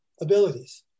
abilities